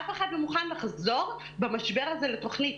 אף אחד לא מוכן לחזור במשבר הזה לתוכנית.